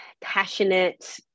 passionate